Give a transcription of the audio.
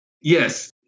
Yes